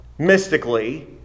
Mystically